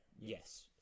yes